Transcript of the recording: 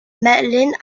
madeline